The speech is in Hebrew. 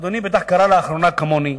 אדוני בטח קרא לאחרונה, כמוני,